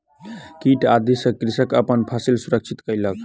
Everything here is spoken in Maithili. कीट आदि सॅ कृषक अपन फसिल सुरक्षित कयलक